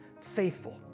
faithful